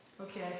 Okay